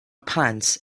plants